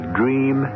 dream